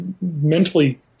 mentally –